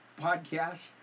podcast